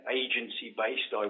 agency-based